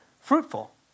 fruitful